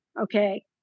okay